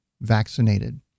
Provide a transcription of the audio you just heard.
vaccinated